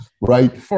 right